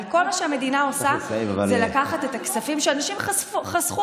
אבל כל מה שהמדינה עושה זה לקחת את הכספים שאנשים חסכו